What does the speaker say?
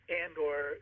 and/or